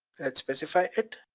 that specify it,